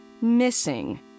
missing